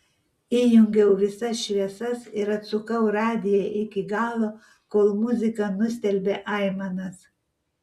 įjungiau visas šviesas ir atsukau radiją iki galo kol muzika nustelbė aimanas